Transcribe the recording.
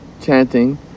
chanting